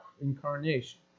incarnation